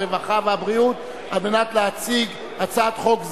הרווחה והבריאות להציג הצעת חוק זו,